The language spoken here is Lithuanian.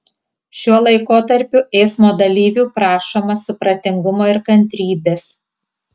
šiuo laikotarpiu eismo dalyvių prašoma supratingumo ir kantrybės